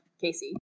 Casey